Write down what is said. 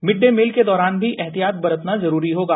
mid day meal के दौरान भी एहतियात बरतना जरूरी होगा